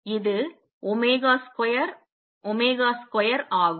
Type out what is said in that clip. இது omega square omega square ஆகும்